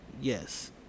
yes